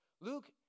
Luke